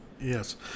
Yes